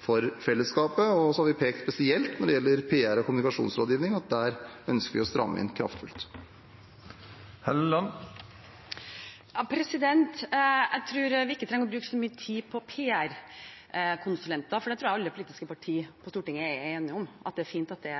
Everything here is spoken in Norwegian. Vi har spesielt pekt på PR- og kommunikasjonsrådgivning; der ønsker vi å stramme kraftig inn. Jeg tror ikke vi trenger å bruke så mye tid på bruken av PR-konsulenter, for jeg tror alle de politiske partiene på Stortinget er enige om at det er fint om det